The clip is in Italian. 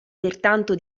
pertanto